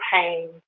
pain